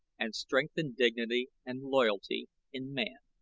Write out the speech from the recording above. and strength and dignity and loyalty in man.